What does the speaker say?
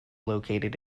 located